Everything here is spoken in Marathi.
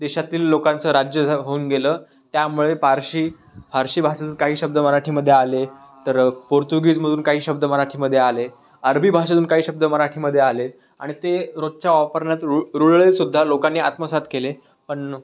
देशातील लोकांचं राज्य होऊन गेलं त्यामुळे पारशी फारशी भाषे काही शब्द मराठीमध्ये आले तर पोर्तुगीजमधून काही शब्द मराठीमध्ये आले अरबी भाषेतुन काही शब्द मराठीमध्ये आले आणि ते रोजच्या वापरण्यात रूळ रुळले सुद्धा लोकांनी आत्मसात केले पण